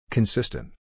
Consistent